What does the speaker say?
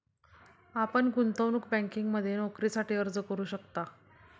आपण गुंतवणूक बँकिंगमध्ये नोकरीसाठी अर्ज करू शकता